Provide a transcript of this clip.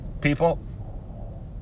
people